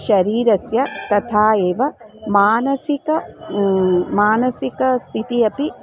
शरीरस्य तथा एव मानसिकं मानसिकस्थितिः अपि